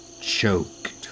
choked